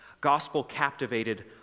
gospel-captivated